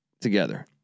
together